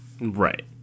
Right